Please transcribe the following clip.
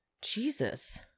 Jesus